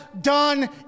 done